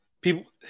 people